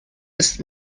ist